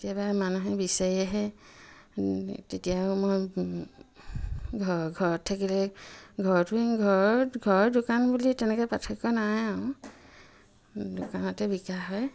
কেতিয়াবা মানুহে বিচাৰি আহে তেতিয়াও মই ঘৰ ঘৰত থাকিলে ঘৰতো এনেকৈ ঘৰত ঘৰৰ দোকান বুলি তেনেকৈ পাৰ্থক্য নাই আৰু দোকানতে বিকা হয়